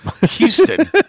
Houston